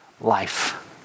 life